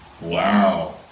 Wow